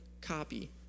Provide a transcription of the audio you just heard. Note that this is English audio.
copy